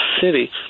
city